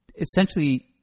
Essentially